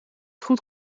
goed